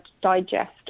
digest